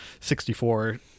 64